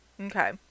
Okay